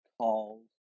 calls